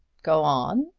go on!